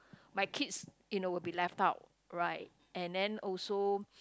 my kids you know will be left out right and then also